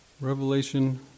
Revelation